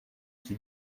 qui